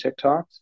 TikToks